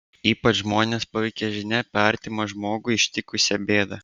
ypač žmones paveikia žinia apie artimą žmogų ištikusią bėdą